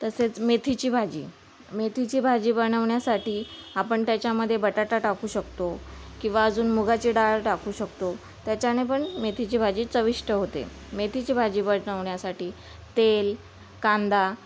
तसेच मेथीची भाजी मेथीची भाजी बनवण्यासाठी आपण त्याच्यामध्ये बटाटा टाकू शकतो किंवा अजून मुगाची डाळ टाकू शकतो त्याच्याने पण मेथीची भाजी चविष्ट होते मेथीची भाजी बनवण्यासाठी तेल कांदा